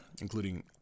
including